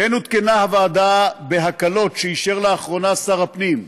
כן עודכנה הוועדה בהקלות שאישר לאחרונה שר הפנים,